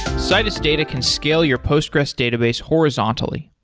citus data can scale your postgres database horizontally.